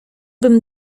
bym